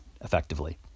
effectively